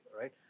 right